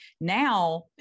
now